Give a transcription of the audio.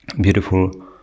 beautiful